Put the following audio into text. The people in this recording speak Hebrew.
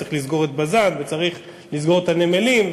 וצריך לסגור את בז"ן, וצריך לסגור את הנמלים,